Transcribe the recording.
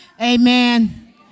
Amen